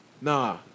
Nah